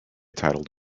titled